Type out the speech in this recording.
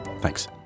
Thanks